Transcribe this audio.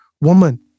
woman